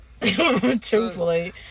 truthfully